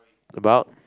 about